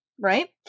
right